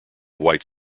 white